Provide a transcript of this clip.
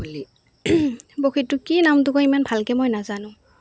কুলি পখীটো কি নামটো কয় ইমান ভালকৈ মই নাজানো